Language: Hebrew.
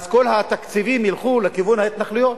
אז כל התקציבים ילכו לכיוון ההתנחלויות.